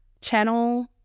channel